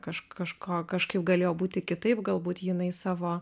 kažk kažko kažkaip galėjo būti kitaip galbūt jinai savo